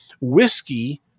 whiskey